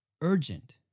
urgent